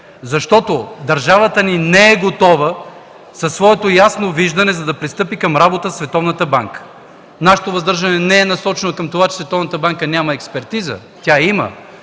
защото държавата ни не е готова със своето ясно виждане, за да пристъпи към работа Световната банка. Нашето въздържане не е насочено към това, че Световната банка няма експертиза – тя има,